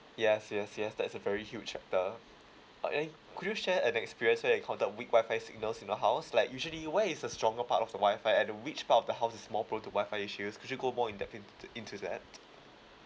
yes yes yes that's a very huge factor uh and could you share an experience where you encountered weak wi-fi signals in the house like usually where is the stronger part of the wi-fi and which part of the house is more prone to wi-fi issues could you go more in depth into that